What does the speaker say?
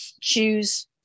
choose